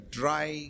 dry